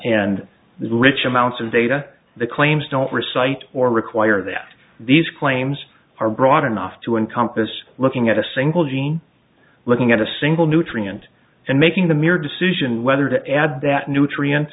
the rich amounts of data the claims don't recite or require that these claims are broad enough to encompass looking at a single gene looking at a single nutrient and making the mere decision whether to add that nutrient